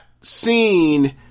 seen